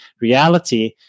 reality